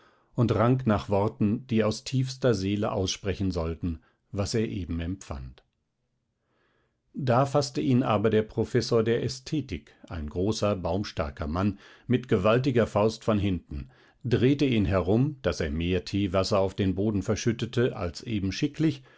und rang nach worten die aus tiefster seele aussprechen sollten was er eben empfand da faßte ihn aber der professor der ästhetik ein großer baumstarker mann mit gewaltiger faust von hinten drehte ihn herum daß er mehr teewasser auf den boden verschüttete als eben schicklich